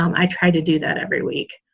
um i try to do that every week.